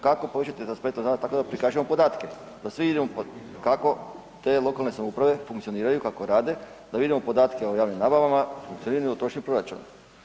Kako povećati transparentnost rada, tako da prikažemo podatke, da svi vidimo kako te lokalne samouprave funkcioniraju kako rade, da vidimo podatke o javnim nabavama da vidimo točni proračun.